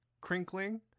crinkling